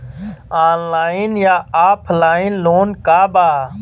Online या offline loan का बा?